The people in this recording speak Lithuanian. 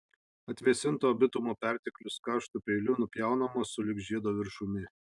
atvėsinto bitumo perteklius karštu peiliu nupjaunamas sulig žiedo viršumi